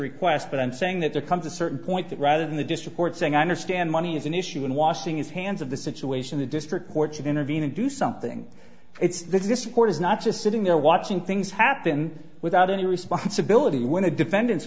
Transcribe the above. request but i'm saying that there comes a certain point that rather than the district court saying i understand money is an issue in washing his hands of the situation the district court should intervene and do something it's this court is not just sitting there watching things happen without any responsibility when the defendant's